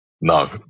no